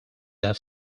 have